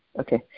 Okay